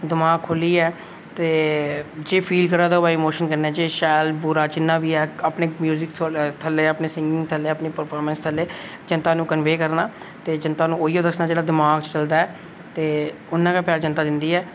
दमाक खोह्ल्लियै ते जे फील करा दा होऐ इमोशन कन्नै जे शैल जुन्ना बी ऐ अपने म्यूजिक कन्नै अपनी सिंगिंग थल्लै अपनी परफार्मेस थल्लै जनता नू कन्वे करना ते जनता नू ओही दस्सना जेह्ड़ा दमाक च चलदा ऐ ते उन्ना गै जनता दिंदी ऐ